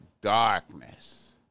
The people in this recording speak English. darkness